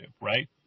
right